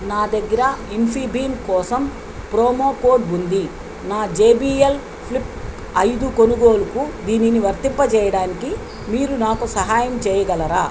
నా దగ్గర ఇన్ఫీబీమ్ కోసం ప్రోమో కోడ్ ఉంది నా జెబిఎల్ ఫ్లిప్ ఐదు కొనుగోలుకు దీనిని వర్తింపచేయడానికి మీరు నాకు సహాయం చేయగలరా